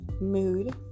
mood